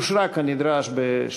נתקבל.